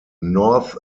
north